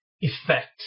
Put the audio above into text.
effect